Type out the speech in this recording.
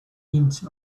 inch